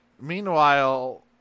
Meanwhile